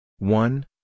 One